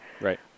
Right